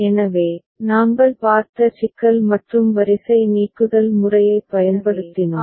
எனவே நாங்கள் பார்த்த சிக்கல் மற்றும் வரிசை நீக்குதல் முறையைப் பயன்படுத்தினோம் அதே பிரச்சனையும் சரி